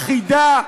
אחידה,